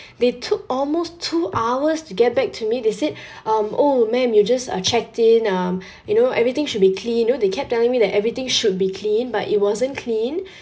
they took almost two hours to get back to me they said um oh ma'am you just uh checked in um you know everything should be clean you know they kept telling me that everything should be clean but it wasn't clean